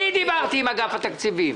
אני דיברתי עם אגף התקציבים.